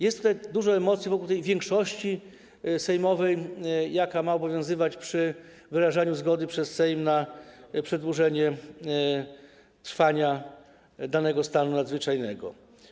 Jest tutaj dużo emocji wokół tej większości sejmowej, jaka ma obowiązywać w przypadku wyrażenia zgody przez Sejm na przedłużenie trwania danego stanu nadzwyczajnego.